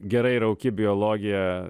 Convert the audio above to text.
gerai rauki biologiją